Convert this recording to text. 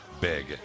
big